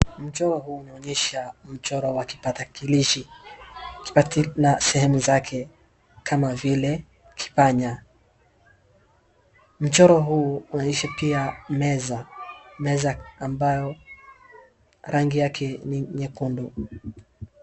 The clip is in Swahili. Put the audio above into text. Mchoro huu unaonyesha mchoro wa kipatakilishi, na sehemu zake kama vile, kipanya. Mchoro huu pia unaonyesha meza, meza ambayo rangi yake ni nyekundu.